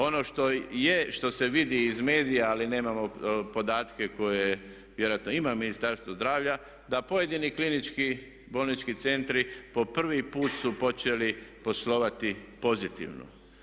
Ono što je i što se vidi iz medija ali nemamo podatke koje vjerojatno ima Ministarstvo zdravlja da pojedini klinički bolnički centri po prvi put su počeli poslovati pozitivno.